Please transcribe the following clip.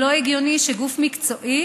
לא הגיוני שגוף מקצועי